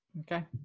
Okay